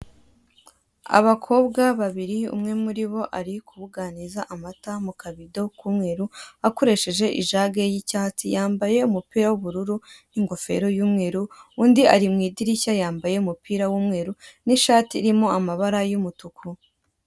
Abakobwa babiri, umwe muri bo ari kubuganiza amata mu kabido k'umweru akoresheje ijage y'icyatsi, yambaye umupira w'ubururu n'ingofero y'umweru, undi ari mu idirishya, yambaye umupira w'umweru n'ishati irimo amabara y'umutuku.